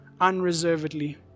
unreservedly